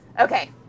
okay